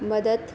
मदत